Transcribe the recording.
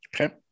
Okay